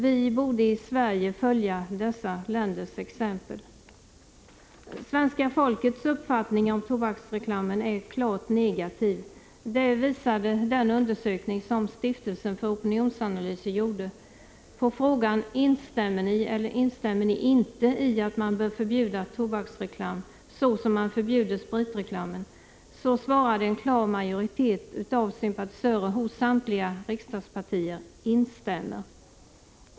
Vi borde i Sverige följa dessa länders exempel. Svenska folkets uppfattning om tobaksreklamen är klart negativ. Det visar den undersökning som Stiftelsen för opinionsanalyser gjort. På frågan ”Instämmer ni eller instämmer ni inte i att man bör förbjuda tobaksreklam så, som man förbjuder spritreklamen?” svarade en klar majoritet av sympatisörer hos samtliga riksdagspartier: ”Instämmer”.